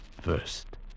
first